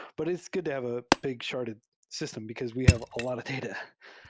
but it's good to have a big sharded system, because we have a lot of data.